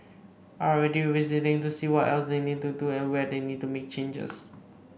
are already revisiting to see what else they need to do and where they need to make changes